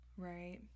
Right